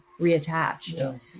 reattached